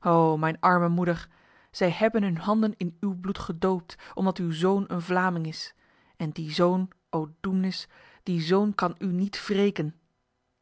o mijn arme moeder zij hebben hun handen in uw bloed gedoopt omdat uw zoon een vlaming is en die zoon o doemnis die zoon kan u niet wreken